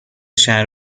شهر